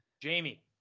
Jamie